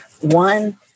one